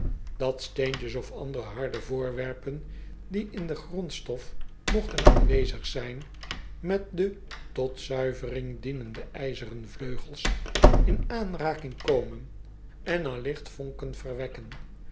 dat steentjes of andere harde voorwerpen die in de grondstof mogten aanwezig zijn met de tot zuivering dienende ijzeren vleugels in aanraking komen en alligt vonken verwekken